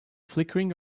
flickering